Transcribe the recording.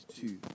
two